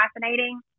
fascinating